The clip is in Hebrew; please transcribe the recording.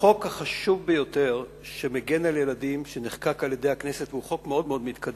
החוק החשוב ביותר שמגן על ילדים שנחקק על-ידי הכנסת הוא חוק מאוד מתקדם.